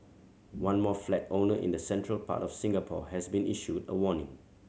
one more flat owner in the central part of Singapore has been issued a warning